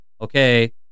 okay